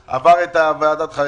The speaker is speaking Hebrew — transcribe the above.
טוב, אנחנו נלך אחרי זה.